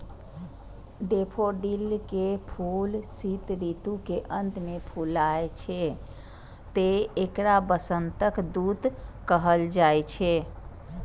daffodil के फूल शीत ऋतु के अंत मे फुलाय छै, तें एकरा वसंतक दूत कहल जाइ छै